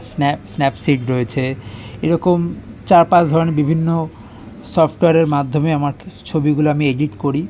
Snapseed রয়েছে এরকম চার পাঁচ ধরনের বিভিন্ন সফটওয়্যারের মাধ্যমে আমার ছবিগুলো আমি এডিট করি